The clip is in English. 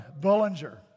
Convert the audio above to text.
Bullinger